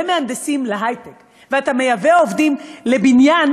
מהנדסים להיי-טק ואתה מייבא עובדים לבניין,